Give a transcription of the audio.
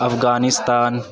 Afghanistan